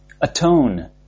atone